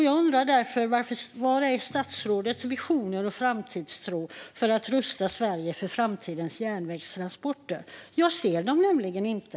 Jag undrar därför: Var är statsrådets visioner och framtidstro när det handlar om att rusta Sverige för framtidens järnvägstransporter? Jag ser dem nämligen inte.